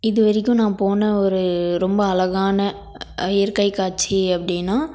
இதுவரைக்கும் நான் போன ஒரு ரொம்ப அழகான இயற்கை காட்சி அப்படின்னா